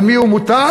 על מי הוא מוטל?